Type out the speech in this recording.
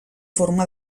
forma